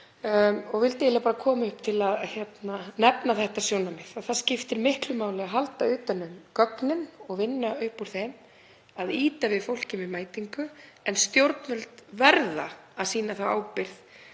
Ég vildi bara koma upp til að nefna þetta sjónarmið. Það skiptir miklu máli að halda utan um gögnin og vinna upp úr þeim, að ýta við fólki hvað varðar mætingu. En stjórnvöld verða að sýna þá ábyrgð